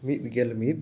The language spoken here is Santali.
ᱢᱤᱫ ᱜᱮᱞ ᱢᱤᱫ